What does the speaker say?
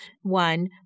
one